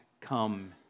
come